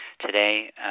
today